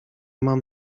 mam